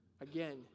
again